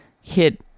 hit